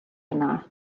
hwnna